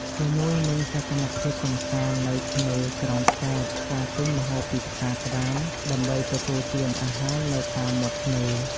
ជាមួយនិងសកម្មភាពកម្សាន្តនៅឆ្នេរក្រុងកែប ការទិញម្ហូបពីផ្សារក្ដាមដើម្បីទទួលទានអាហារនៅតាមមាត់ឆ្នេរ។